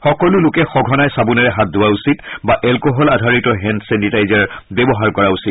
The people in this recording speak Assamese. সকলো লোকে সঘনাই চাবোনেৰে হাত ধোৱা উচিত বা এলকহল আধাৰিত হেণ্ড ছেনিটাইজাৰ ব্যৱহাৰ কৰা উচিত